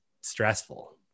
stressful